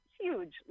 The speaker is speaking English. huge